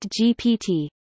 GPT